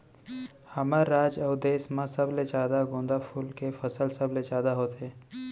हमर राज अउ देस म सबले जादा गोंदा फूल के फसल सबले जादा होथे